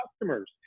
customers